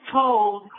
told